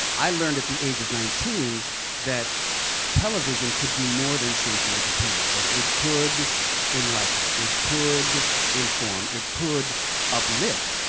i learned at the age of nineteen that television could do more than simply entertain. that it could enlighten. it could inform. it could uplift,